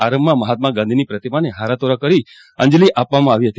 આરંભમાં મહાત્મા ગાંધીજીની પ્રતિમાને હારતોરા કરી અંજલિ આપવામાં આવી હતી